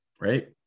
right